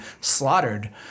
slaughtered